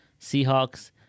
Seahawks